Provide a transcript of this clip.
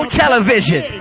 television